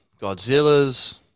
Godzillas